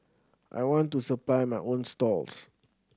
I want to supply my own stalls